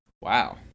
Wow